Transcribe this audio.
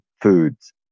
foods